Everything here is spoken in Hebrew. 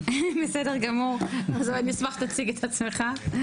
תציג את עצמך.